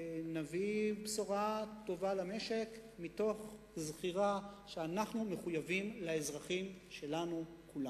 נביא בשורה טובה למשק מתוך זכירה שאנחנו מחויבים לאזרחים שלנו כולם.